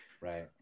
right